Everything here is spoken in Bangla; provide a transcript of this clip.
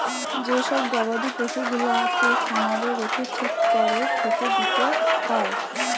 যে সব গবাদি পশুগুলাকে খামারে রেখে ঠিক কোরে খেতে দিতে হয়